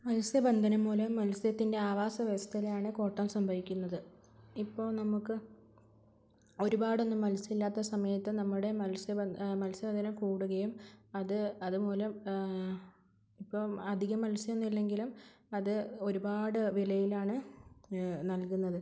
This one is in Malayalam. മത്സ്യബന്ധനം മൂലം മത്സ്യത്തിൻ്റെ ആവാസവ്യവസ്ഥയിലാണ് കോട്ടം സംഭവിക്കുന്നത് ഇപ്പോൾ നമുക്ക് ഒരുപാടൊന്നും മത്സ്യമില്ലാത്ത സമയത്ത് നമ്മുടെ മത്സ്യബന്ധനം കൂടുകയും അത് അതുമൂലം ഇപ്പം അധികം മത്സ്യമൊന്നും ഇല്ലെങ്കിലും അത് ഒരുപാട് വിലയിലാണ് നൽകുന്നത്